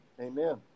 Amen